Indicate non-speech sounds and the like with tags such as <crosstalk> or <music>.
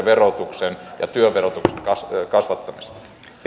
<unintelligible> verotuksen ja työn verotuksen kasvattamista